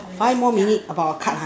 five more minute about a cut ha